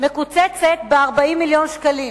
מקוצצת ב-40 מיליון שקלים,